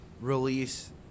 release